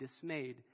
dismayed